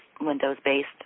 Windows-based